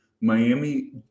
Miami